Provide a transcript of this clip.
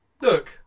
look